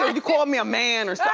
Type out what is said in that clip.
ah you called me a man or so